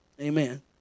amen